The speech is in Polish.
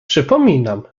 przypominam